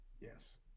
Yes